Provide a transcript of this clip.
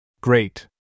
Great